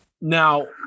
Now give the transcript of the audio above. Now